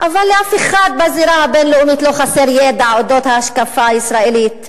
אבל לאף אחד בזירה הבין-לאומית לא חסר ידע על ההשקפה הישראלית.